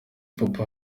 papa